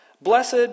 Blessed